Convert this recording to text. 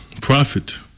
profit